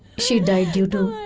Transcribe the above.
she died due to